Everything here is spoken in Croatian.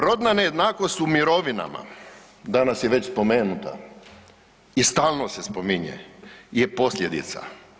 Rodna nejednakost u mirovinama, danas je već spomenuta i stalno se spominje je posljedica.